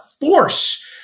force